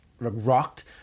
rocked